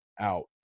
out